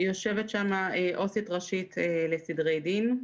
יושבת שם עו"סית ראשית לסדרי דין,